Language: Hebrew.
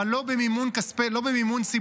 אבל לא במימון ציבורי,